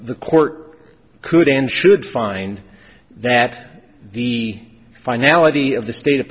the court could and should find that the finality of the state